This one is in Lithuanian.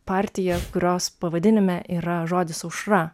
partija kurios pavadinime yra žodis aušra